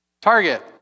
Target